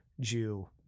Jew